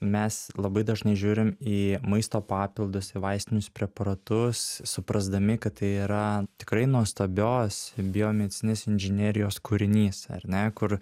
mes labai dažnai žiūrim į maisto papildus į vaistinius preparatus suprasdami kad tai yra tikrai nuostabios biomedicininės inžinerijos kūrinys ar ne kur